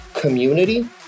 Community